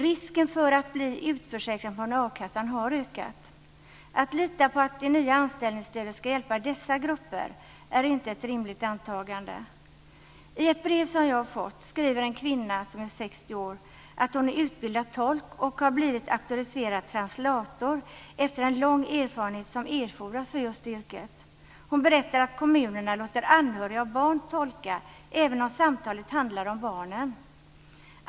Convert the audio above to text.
Risken för att bli utförsäkrad från a-kassan har ökat. Att lita på att det nya anställningsstödet ska hjälpa dessa grupper är inte ett rimligt antagande. I ett brev som jag har fått skriver en kvinna som är 60 år att hon är utbildad tolk och har blivit auktoriserad translator efter en lång erfarenhet som erfordras för just det yrket. Hon berättar att kommunerna låter anhöriga och barn tolka, även om samtalet handlar om barnen.